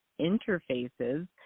interfaces